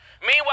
Meanwhile